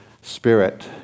spirit